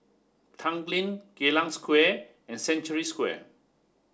Tanglin Geylang Square and Century Square